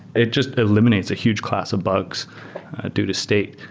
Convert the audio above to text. it just eliminates a huge class of bugs due to state.